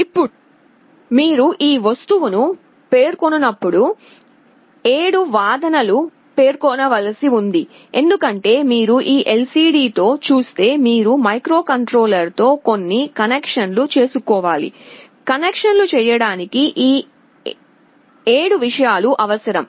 ఇప్పుడు మీరు ఈ వస్తువును పేర్కొన్నప్పుడు 7 విషయాలు పేర్కొనవలసి ఉంది ఎందుకంటే మీరు ఈ LCD తో చూస్తే మీరు మైక్రోకంట్రోలర్తో కొన్ని కనెక్షన్లు చేసుకోవాలి కనెక్షన్లు చేయడానికి ఈ 7 విషయాలు అవసరం